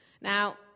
Now